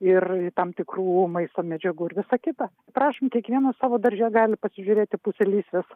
ir tam tikrų maisto medžiagų ir visa kita prašom kiekvienas savo darže gali pasižiūrėti pusę lysvės